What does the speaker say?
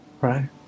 Right